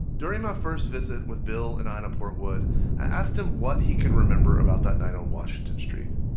during my first visit with bill and ina portwood, i asked him what he could remember about that night on washington street.